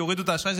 שהורידו את האשראי.